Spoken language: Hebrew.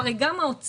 הרי גם האוצר